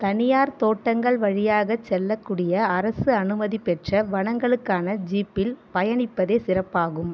தனியார் தோட்டங்கள் வழியாகச் செல்லக்கூடிய அரசு அனுமதி பெற்ற வனங்களுக்கான ஜீப்பில் பயணிப்பதே சிறப்பாகும்